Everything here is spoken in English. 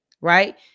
right